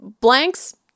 blanks